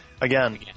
again